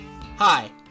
Hi